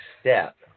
step